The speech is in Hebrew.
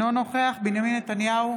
אינו נוכח בנימין נתניהו,